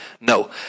No